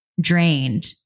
drained